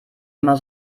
immer